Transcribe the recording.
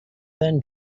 then